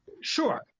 sure